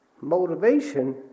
motivation